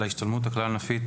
על ההשתלמות הכלל-ענפית,